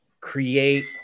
create